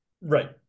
Right